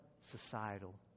societal